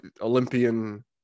olympian